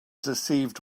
deceived